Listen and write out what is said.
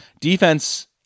Defense